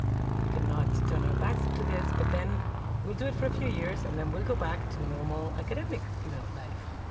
we cannot turn our backs to this. but then we'll do it for a few years, and then we'll go back to a normal academic you know life.